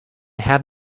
had